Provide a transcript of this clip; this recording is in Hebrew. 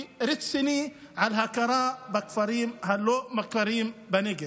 ורציני על הכרה בכפרים הלא-מוכרים בנגב.